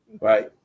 Right